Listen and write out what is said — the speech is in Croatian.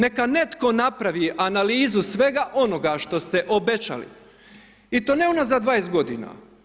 Neka netko napravi analizu svega onoga što ste obećali i to ne unazad 20 godina.